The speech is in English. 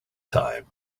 time